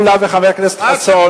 חבר הכנסת מולה וחבר הכנסת חסון.